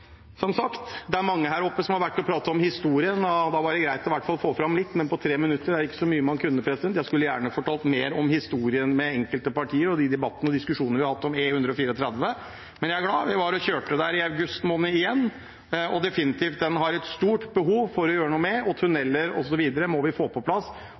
Som sagt: Det er mange som har vært oppe på talerstolen og pratet om historien. Da var det greit å få fram i hvert fall litt, men på tre minutter er det ikke så mye man kan si. Jeg skulle gjerne fortalt mer om historien med enkelte partier og de debattene og diskusjonene vi har hatt om E134. Men jeg er glad. Vi kjørte der igjen i august måned, og det er definitivt et stort behov for å gjøre noe med den, tunneler osv. må vi få på plass.